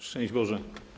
Szczęść Boże!